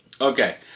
Okay